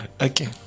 Okay